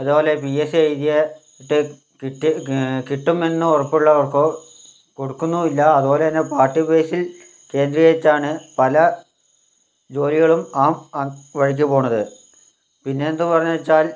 അതേപോലെ P S C എഴുതിയ കിട്ടുമെന്നുറപ്പുള്ളവർക്കൊ കൊടുക്കൊന്നുമില്ല അതുപോലെ തന്നെ പാർട്ടി ബേസിൽ കേന്ദ്രീകരിച്ചാണ് പല ജോലികളും ആ ആ വഴിക്ക് പോണത് പിന്നെ എന്തു പറയാമെന്നു വച്ചാൽ